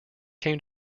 came